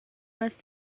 must